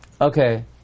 Okay